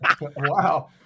Wow